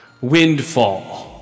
Windfall